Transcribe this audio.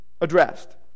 addressed